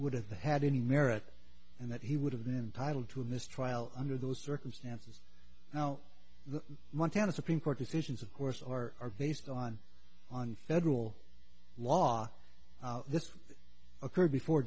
would have had any merit and that he would have been titled to this trial under those circumstances now the montana supreme court decisions of course are based on on federal law this occurred before